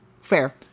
fair